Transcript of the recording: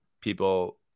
people